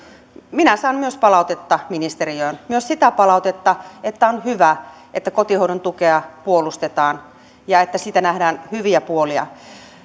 minä saan myös palautetta ministeriöön myös sitä palautetta että on hyvä että kotihoidon tukea puolustetaan ja että siinä nähdään hyviä puolia